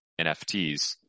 NFTs